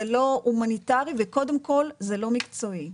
זה לא הומניטרי וקודם כל זה לא מקצועי.